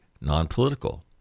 non-political